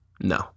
No